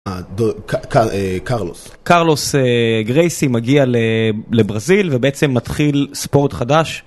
קרלוס. קרלוס גרייסי מגיע לברזיל ובעצם מתחיל ספורט חדש